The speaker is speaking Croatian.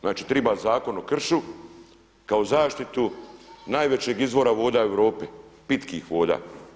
Znači triba zakon o kršu kao zaštitu najvećeg izvora voda u Europa, pitkih voda.